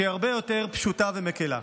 שהיא הרבה יותר פשוטה ומקילה.